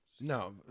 No